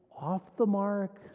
off-the-mark